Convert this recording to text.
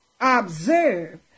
Observe